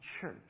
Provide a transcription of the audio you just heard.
church